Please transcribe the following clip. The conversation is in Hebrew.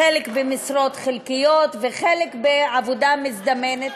חלק במשרות חלקיות וחלק בעבודה מזדמנת.